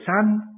sun